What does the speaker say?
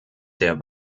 der